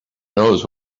knows